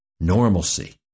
Normalcy